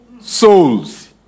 souls